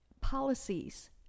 policies